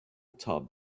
tub